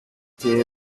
que